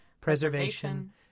preservation